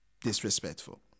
disrespectful